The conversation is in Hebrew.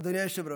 אדוני היושב-ראש: